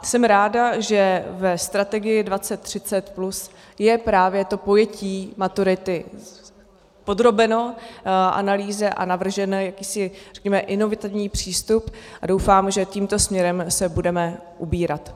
Jsem ráda, že ve strategii 20 30+ je právě to pojetí maturity podrobeno analýze a navržen jakýsi inovativní přístup, a doufám, že tímto směrem se budeme ubírat.